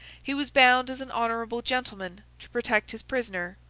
he was bound as an honourable gentleman to protect his prisoner,